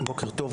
בוקר טוב,